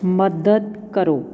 ਮਦਦ ਕਰੋ